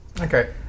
Okay